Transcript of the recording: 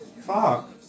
Fuck